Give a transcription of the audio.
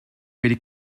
wedi